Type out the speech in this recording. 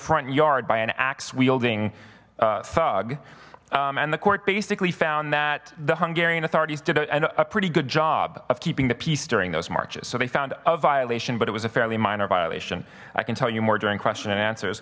front yard by an axe wielding thug and the court basically found that the hungarian authorities did a pretty good job of keeping the peace during those marches so they found a violation but it was a fairly minor violation i can tell you more during question and answers